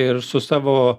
ir su savo